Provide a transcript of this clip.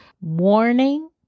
warning